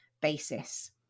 basis